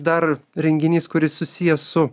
dar renginys kuris susijęs su